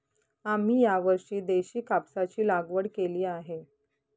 आम्ही यावर्षी देशी कापसाची लागवड केली आहे